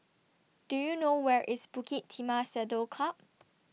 Do YOU know Where IS Bukit Timah Saddle Club